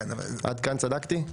עד כאן צדקתי?